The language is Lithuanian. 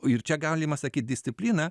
ir čia galima sakyt disciplina